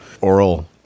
oral